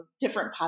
different